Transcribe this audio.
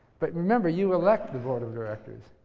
but remember, you elect the board of directors.